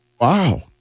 Wow